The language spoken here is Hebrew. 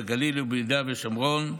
בגליל וביהודה ושומרון,